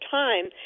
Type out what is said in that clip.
time